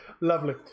Lovely